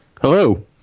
Hello